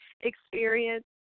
experience